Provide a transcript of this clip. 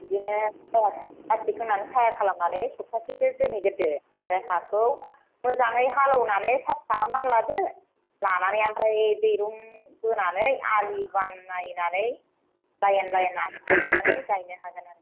बिदिनो प्लास्टिक खोंनानै सायहा खालामनानै सब्थासेसो दोनहैग्रोदो ओमफ्राय हाखौ मोजाङै हालौनानै साफा खालामनानै लादो लानानै ओमफ्राय दैरुं बोनानै आलि बाननायनानै लाइन लाइन आलि बानायनानै गायनो हागोन आरो